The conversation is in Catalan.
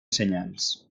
senyals